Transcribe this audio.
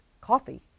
coffee